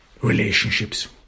relationships